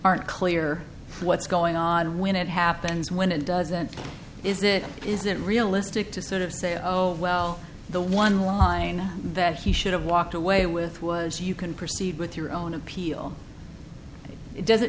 aren't clear what's going on when it happens when it doesn't is it isn't realistic to sort of say oh well the one line that he should have walked away with was you can proceed with your own appeal does